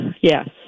Yes